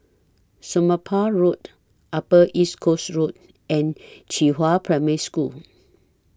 Somapah Road Upper East Coast Road and Qihua Primary School